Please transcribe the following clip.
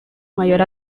mayor